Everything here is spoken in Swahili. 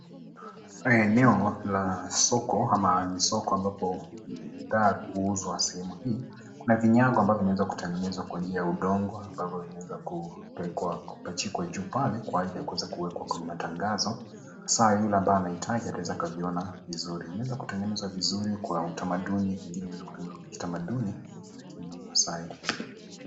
Eneo la soko ama ni soko ambapo bidhaa huuzwa sehemu hii, kuna vinyago ambazo zimeweza kutengenezwa kwa njia ya udongo ambavyo huweza kuwekwa, kupachikwa juu pale kwa ajili ya kuweza kuwekwa kwenye matangazo, sasa yule ambaye anavihitaji anaweza akaviona vizuri, vimewezwa kutengenezwa vizuri kwa utamaduni, ingine imeweza kutengenezwa kwa utamaduni wa kimaasai.